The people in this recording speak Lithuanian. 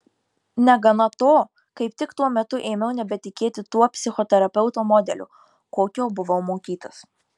negana to kaip tik tuo metu ėmiau nebetikėti tuo psichoterapeuto modeliu kokio buvau mokytas